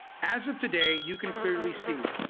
as of today you can clearly see,